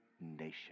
nation